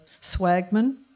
swagman